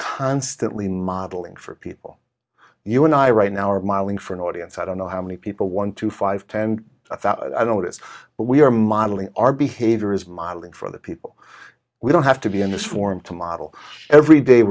constantly modeling for people you and i right now are modeling for an audience i don't know how many people one two five ten i don't it but we are modeling our behavior is modeling for the people we don't have to be in this form to model every day